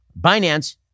Binance